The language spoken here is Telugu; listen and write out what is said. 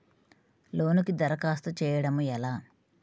లోనుకి దరఖాస్తు చేయడము ఎలా?